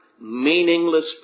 meaningless